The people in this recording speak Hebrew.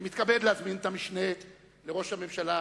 אני מתכבד להזמין את המשנה לראש הממשלה,